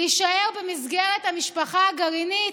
להישאר במסגרת המשפחה הגרעינית.